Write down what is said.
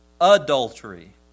Adultery